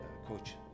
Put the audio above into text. coach